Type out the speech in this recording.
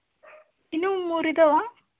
ಇನ್ನೂ ಮೂರು ಇದ್ದಾವಾ